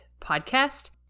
podcast